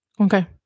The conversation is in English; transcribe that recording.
Okay